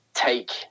take